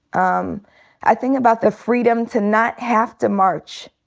um i think about the freedom to not have to march.